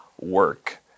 work